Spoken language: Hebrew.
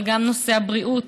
אבל גם בנושא הבריאות,